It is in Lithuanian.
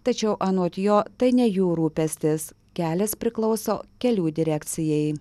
tačiau anot jo tai ne jų rūpestis kelias priklauso kelių direkcijai